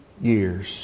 years